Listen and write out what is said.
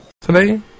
today